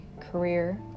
career